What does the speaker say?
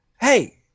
Hey